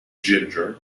ginger